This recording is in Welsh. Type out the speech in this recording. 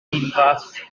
unfath